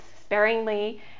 sparingly